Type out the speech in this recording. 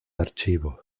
archivo